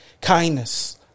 kindness